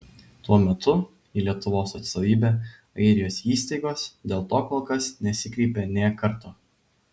tuo metu į lietuvos atstovybę airijos įstaigos dėl to kol kas nesikreipė nė karto